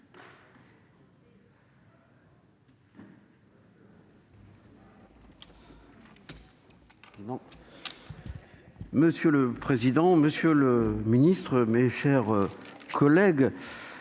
Monsieur le président, monsieur le ministre, mes chers collègues,